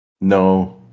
No